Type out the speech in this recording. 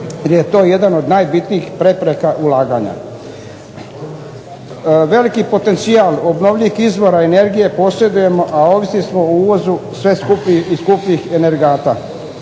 jer je to jedna od najbitnijih prepreka ulaganja. Veliki potencijal obnovljivih izvora energije posjedujemo, a ovisni smo o uvozu sve skupljih i skupljih energenata.